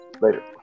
Later